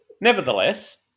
Nevertheless